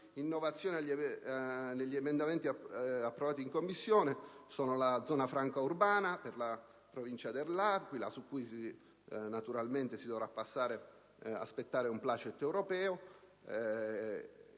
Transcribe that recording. innovazioni degli emendamenti approvati in Commissione è costituita dalla zona franca urbana per la Provincia dell'Aquila, su cui naturalmente si dovrà aspettare un *placet* europeo,